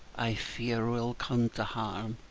i fear we'll come to harm.